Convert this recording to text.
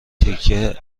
تکه